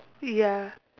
ya